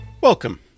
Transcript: Welcome